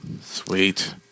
Sweet